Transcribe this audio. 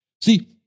See